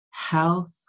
health